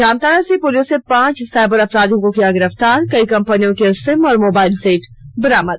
जामताड़ा से पुलिस ने पांच साइबर अपराधियों को किया गिरफ्तार कई कंपनियों के सिम और मोबाइल सेट बरामद